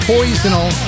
Poisonal